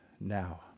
now